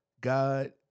God